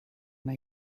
una